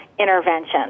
Interventions